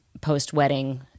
post-wedding